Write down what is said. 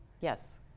Yes